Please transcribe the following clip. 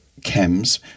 chems